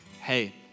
hey